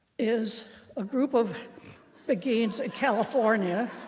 is a group of beguines in california